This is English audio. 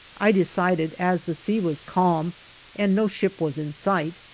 i decided, as the sea was calm and no ship was in sight,